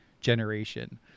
generation